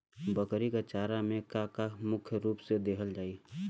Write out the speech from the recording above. बकरी क चारा में का का मुख्य रूप से देहल जाई?